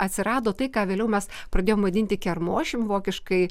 atsirado tai ką vėliau mes pradėjom vadinti kermošim vokiškai